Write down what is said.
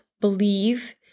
believe